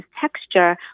texture